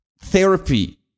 therapy